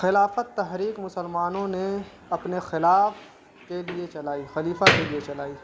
خلافت تحریک مسلمانوں نے اپنے خلاف کے لیے چلائی خلیفہ کے لیے چلائی